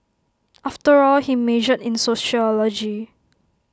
after all he majored in sociology